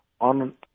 on